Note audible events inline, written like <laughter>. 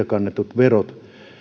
<unintelligible> kannettujen verojen